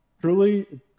Truly